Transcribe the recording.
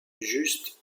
just